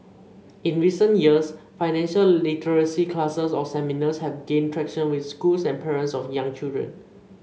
in recent years financial literacy classes or seminars have gained traction with schools and parents of young children